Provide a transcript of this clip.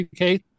UK